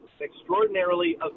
extraordinarily